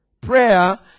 Prayer